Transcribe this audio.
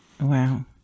Wow